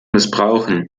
missbrauchen